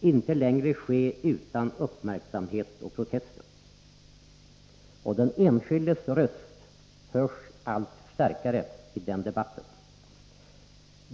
inte längre ske utan uppmärksamhet och protester. Och den enskildes röst hörs allt starkare i den debatten.